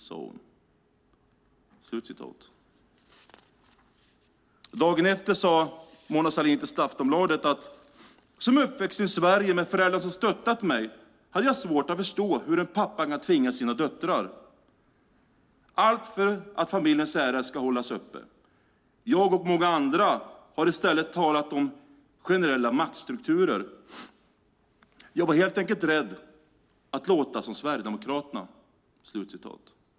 Dagen efter mordet sade Mona Sahlin till Aftonbladet att som uppvuxen i Sverige med föräldrar som stöttat henne hade hon svårt att förstå hur en pappa kan tvinga sina döttrar - allt för att familjens ära ska hållas uppe. Hon, och många andra, hade i stället talat om generella maktstrukturer. Hon var helt enkelt rädd för att låta som Sverigedemokraterna.